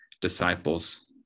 disciples